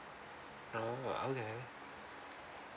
oh okay